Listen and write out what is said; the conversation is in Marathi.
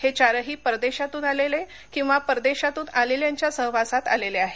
हे चारही परदेशातून आलेले किंवा परदेशातून आलेल्यांच्या सहवासात आलेले आहेत